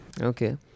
Okay